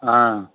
ஆ